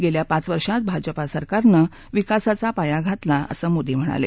गेल्या पाच वर्षात भाजपा सरकारनं विकासाचा पाया घातला असं मोदी म्हणाले